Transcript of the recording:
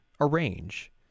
arrange